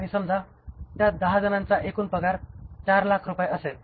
आणि समजा त्या दहा जणांचा एकूण पगार चार लाख रुपये असेल